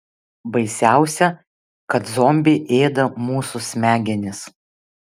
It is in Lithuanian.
baisiausia kad zombiai ėda mūsų smegenis